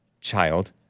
child